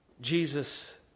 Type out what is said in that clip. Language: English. Jesus